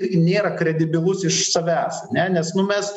taigi nėra kredibilus iš savęs ane nes nu mes